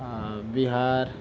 Bihar